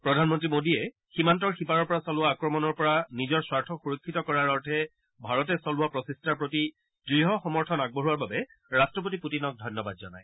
প্ৰধানমন্ত্ৰী মোডীয়ে সীমান্তৰ সিপাৰৰ পৰা চলোৱা আক্ৰমণৰ পৰা নিজৰ স্বাৰ্থ সুৰফিত কৰাৰ অৰ্থে ভাৰতে চলোৱা প্ৰচেষ্টাৰ প্ৰতি দঢ় সমৰ্থন আগবঢ়োৱাৰ বাবে ৰাট্টপতি পুটিনক ধন্যবাদ জনায়